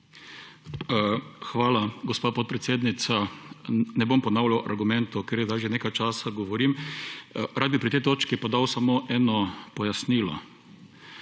Hvala, gospa podpredsednica. Ne bom ponavljal argumentov, ker sedaj že nekaj časa govorim. Rad bi pri tej točki podal samo eno pojasnilo.